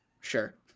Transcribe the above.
sure